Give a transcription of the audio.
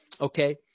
okay